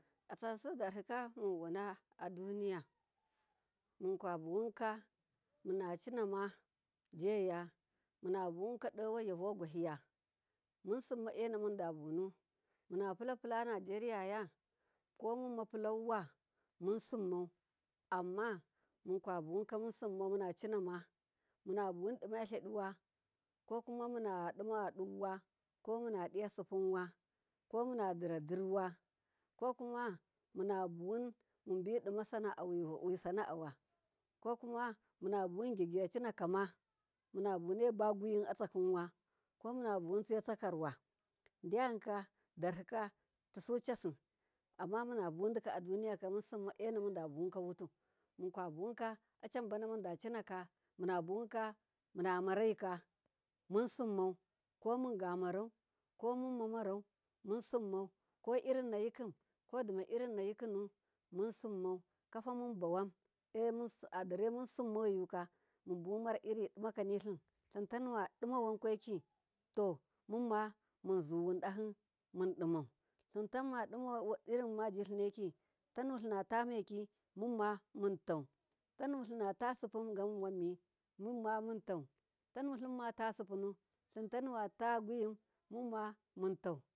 Atsan sudarhikaunbana duniya mukabuwunka muna cinamajeya munabuwunka dowaiya vogwahiya, wisim ma enamudabunu munapula pulanajeriyaiwa munsim mai amna mukabuwunka munacinama munabuwun dima lhadiwa kowuma muna dima yoduwa kama na diya sipunwa komuna diradirwa kokuma munabuwun munbi dim asana a wuhanwa kokuma mu nabuwun gyagui cinakama komunabune bugwi yinatsakinwa ko munabuwun tsiya tsakar wa darhikatusu casi munabuwundi aduniyaka munsima enamunda buwunkawutu mukabu wunka adanbamundacinaka mukabuwunka muna maryika munsimmau mugamarau kamumamarau musimnai kairinna yikim kodimairinna yikinu kwafamunbawan adare munsimmoyuka munbuwun marairin dimakanilim tanuwa dimawankwaiki tamunma munzuwundahi mudimau tanu adima irin weniyeki tanu lṫnatameki munma muntau tanulinata sidungawan mi mun ma muntau tanulina ta gwiyin muntau.